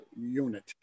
unit